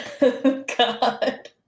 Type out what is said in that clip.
God